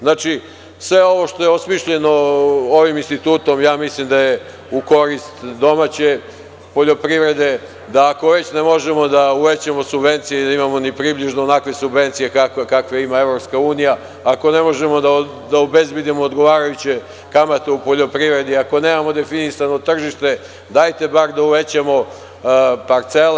Znači, sve ovo što je osmišljeno ovim institutom, ja mislim da je u korist domaće poljoprivrede, da ako već ne možemo da uvećamo subvencije i da imamo ni približno onakve subvencije kakve ima EU, ako ne možemo da obezbedimo odgovarajuće kamate u poljoprivredi, ako nemamo definisano tržište, dajte bar da uvećamo parcele.